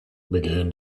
began